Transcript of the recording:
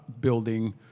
building